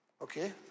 Okay